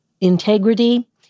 integrity